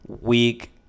week